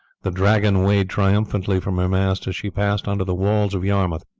the dragon waved triumphantly from her mast as she passed under the walls of yarmouth.